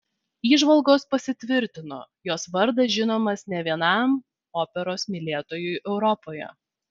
įžvalgos pasitvirtino jos vardas žinomas ne vienam operos mylėtojui europoje